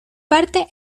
parte